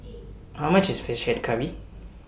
How much IS Fish Head Curry